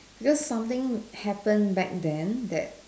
because something happen back then that